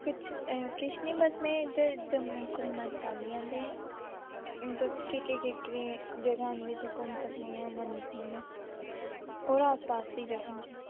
कुछ अ किश नी बस मैं इद्धर जम्मू घूमना चांह्दी आं ते केकड़ी केकड़ी जगह न जित्थै घुम सकनियां माने होर आसपास दी जगह च